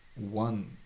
one